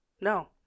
No